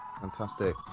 Fantastic